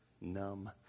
Numb